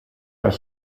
are